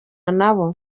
nabo